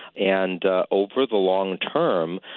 and over the long term,